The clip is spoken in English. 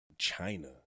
China